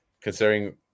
considering